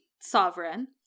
sovereign